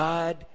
God